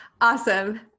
Awesome